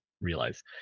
realize